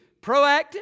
proactive